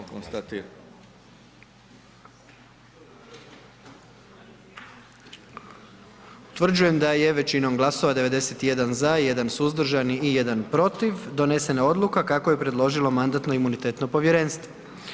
Utvrđujem da je većinom glasova 91 za i 1 suzdržani i 1 protiv donesena odluka kako je predložilo Mandatno imunitetno povjerenstvo.